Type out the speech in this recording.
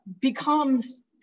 becomes